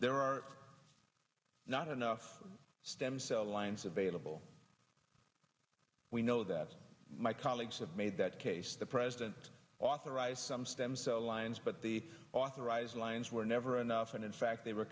there are not enough stem cell lines available we know that my colleagues have made that case the president authorized some stem cell lines but the authorized lines were never enough and in fact they were